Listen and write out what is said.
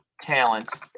talent